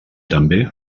també